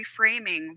reframing